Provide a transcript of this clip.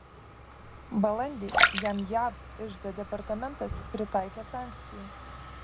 balandį jam jav iždo departamentas pritaikė sankcijų